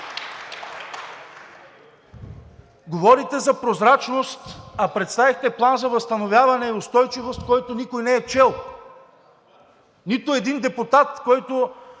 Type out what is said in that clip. Говорите за прозрачност, а представихте План за възстановяване и устойчивост, който никой не е чел. Нито един депутат –